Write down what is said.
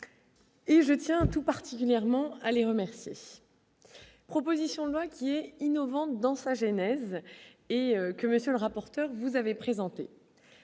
et je tiens tout particulièrement à les remercier, proposition de loi qui est innovante dans sa genèse et que monsieur le rapporteur, vous avez présenté